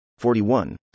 41